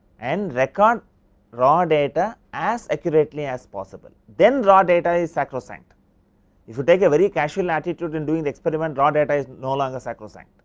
and record raw data as accurately as possible. then raw data is sacrosine if you take a very casual attitude in doing the experiment raw data is no longer sacrosine.